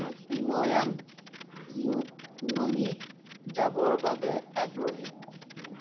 premium ইকনমিত যাবৰ বাবে আগ্ৰহী